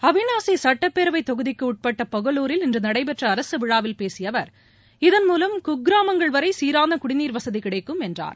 அவினாசி சட்டப்பேரவைத் தொகுதிக்கு உட்பட்ட பொகலூரில் இன்று நடைபெற்ற அரசு விழாவில் பேசிய அவர் இதன்மூலம் குக்கிராமங்கள் வரை சீரான குடிநீர் வசதி கிடைக்கும் என்றார்